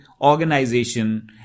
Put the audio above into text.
organization